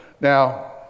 Now